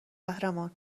قهرمان